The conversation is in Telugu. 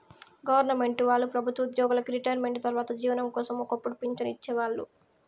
గొవర్నమెంటు వాళ్ళు ప్రభుత్వ ఉద్యోగులకి రిటైర్మెంటు తర్వాత జీవనం కోసం ఒక్కపుడు పింఛన్లు ఇచ్చేవాళ్ళు